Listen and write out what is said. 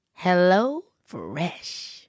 HelloFresh